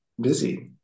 busy